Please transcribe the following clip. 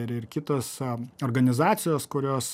ir ir kitos a organizacijos kurios